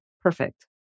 perfect